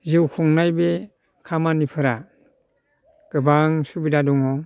जिउ खुंनाय बे खामानिफोरा गोबां सुबिदा दङ